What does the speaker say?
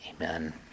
amen